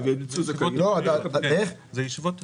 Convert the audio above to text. ונמצאו זכאיות- -- ישיבות תיכוניות.